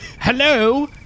hello